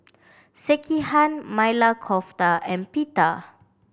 Sekihan Maili Kofta and Pita